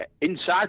Inside